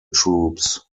troops